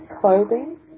clothing